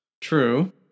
True